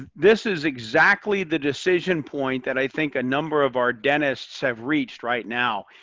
this is exactly the decision point that i think a number of our dentists have reached right now.